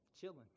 chilling